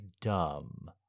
dumb